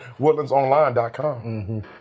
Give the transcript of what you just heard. woodlandsonline.com